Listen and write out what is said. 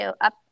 up